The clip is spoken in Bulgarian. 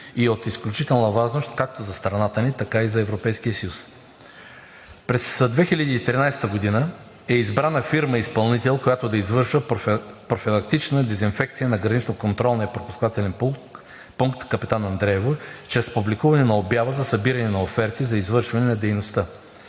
е от изключителна важност както за страната ни, така и за Европейския съюз. През 2013 г. е избрана фирма изпълнител, която да извършва профилактична дезинфекция на Гранично контролно-пропусквателен пункт „Капитан Андреево“ чрез публикуване на обява за събиране на оферти за извършване на дейността.